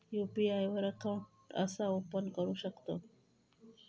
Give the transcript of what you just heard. UPI वर account कसा open करू शकतव?